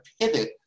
pivot